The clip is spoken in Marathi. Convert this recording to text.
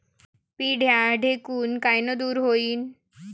पिढ्या ढेकूण कायनं दूर होईन?